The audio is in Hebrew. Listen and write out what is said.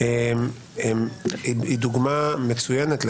- היא דוגמה מצוינת.